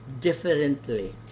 differently